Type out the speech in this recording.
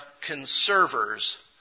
conservers